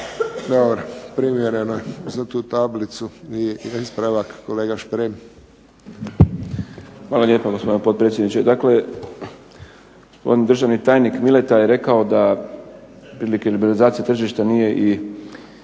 Dobro. Primjereno za tu tablicu. I ispravak, kolega Šprem. **Šprem, Boris (SDP)** Hvala lijepa gospodine potpredsjedniče. Dakle, gospodin državni tajnik MIleta je rekao da otprilike liberalizacija tržišta nije i